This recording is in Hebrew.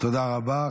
תודה רבה.